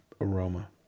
aroma